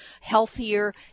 healthier